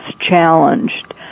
challenged